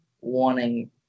wanting